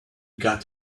got